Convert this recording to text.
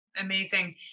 amazing